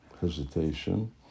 hesitation